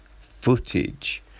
footage